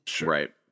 Right